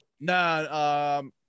No